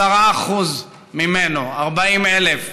10% ממנו, 40,000,